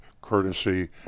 courtesy